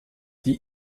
die